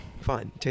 Fine